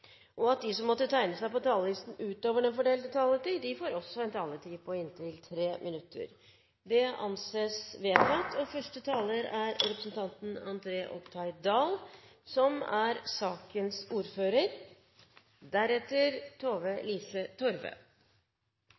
og at de som måtte tegne seg på talerlisten utover den fordelte taletid, får en taletid på inntil 3 minutter. – Det anses vedtatt. Regjeringa er oppteken av å gjere det enklare for næringslivet. Derfor behandlar me i dag endringar i aksjelova som